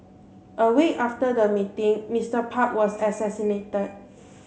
a week after the meeting Mister Park was assassinated